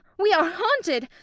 we are haunted.